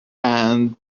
and